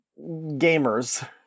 gamers